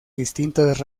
distintas